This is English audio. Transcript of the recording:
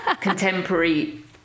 contemporary